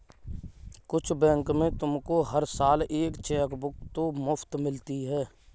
कुछ बैंक में तुमको हर साल एक चेकबुक तो मुफ़्त मिलती है